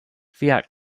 fiat